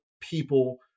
people